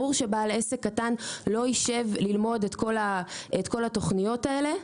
ברור שבעל עסק קטן לא ישב ללמוד את כל התוכניות האלה,